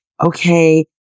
okay